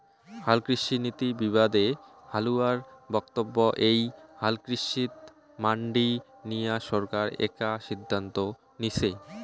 হালকৃষিনীতি বিবাদে হালুয়ার বক্তব্য এ্যাই হালকৃষিত মান্ডি নিয়া সরকার একা সিদ্ধান্ত নিসে